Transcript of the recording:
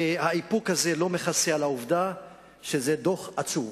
האיפוק הזה לא מכסה על העובדה שזה דוח עצוב,